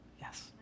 yes